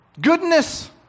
Goodness